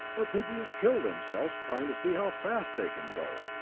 or people will kill themselves trying to see how fast they can go.